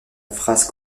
phrase